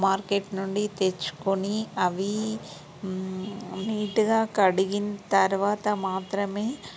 market నుండి తెచ్చుకొని అవి నీటుగా కడిగిన తర్వాత మాత్రమే